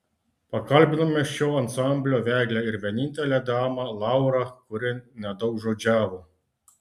pakalbinome šio ansamblio vedlę ir vienintelę damą laurą kuri nedaugžodžiavo